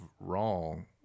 wrong